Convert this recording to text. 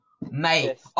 Mate